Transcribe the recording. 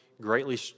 greatly